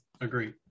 agree